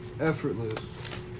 Effortless